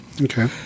Okay